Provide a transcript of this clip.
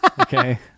Okay